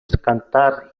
cantar